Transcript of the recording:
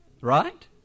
Right